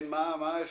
בני, בבקשה.